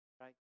Right